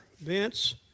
Vince